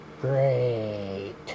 great